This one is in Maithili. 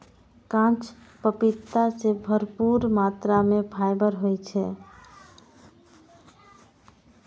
कांच पपीता मे भरपूर मात्रा मे फाइबर होइ छै